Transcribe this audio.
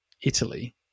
italy